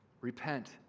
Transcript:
repent